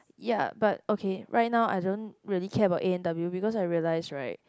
ya but okay right now I don't really care about A and W because I realize right